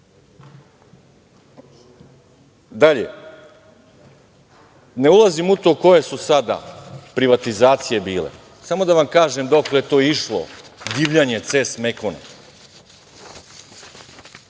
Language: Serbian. Dalje, ne ulazim u to koje su sada privatizacije bile, samo da vam kažem dokle je išlo divljanje CES Mekona. Da